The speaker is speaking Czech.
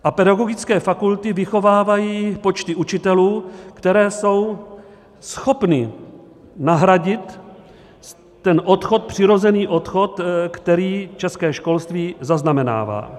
A pedagogické fakulty vychovávají počty učitelů, které jsou schopny nahradit ten odchod, přirozený odchod, který české školství zaznamenává.